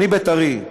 אני בית"רי.